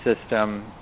system